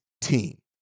team